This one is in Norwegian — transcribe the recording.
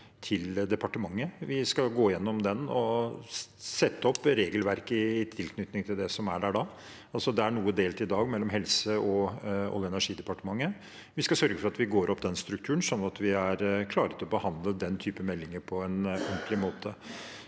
Vi skal gå igjennom den og sette opp regelverk i tilknytning til det som ligger der, noe er i dag delt mellom Helsedepartementet og Olje- og energidepartementet. Vi skal sørge for at vi går opp den strukturen, slik at vi er klare til å behandle meldingen på en ordentlig måte.